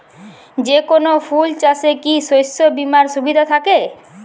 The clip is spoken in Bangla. যেকোন ফুল চাষে কি শস্য বিমার সুবিধা থাকে?